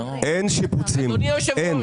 אין שיפוצים, אין.